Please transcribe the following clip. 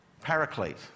paraclete